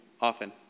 often